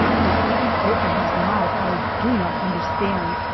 or even open his mouth, i do not understand,